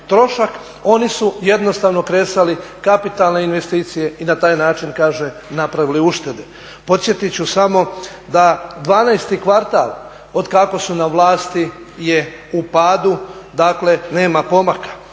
oni su jednostavno kresali kapitalne investicije i na taj način kaže napravili uštede. Podsjetit ću samo da 12 kvartal od kako su na vlati je u padu, dakle nema pomaka.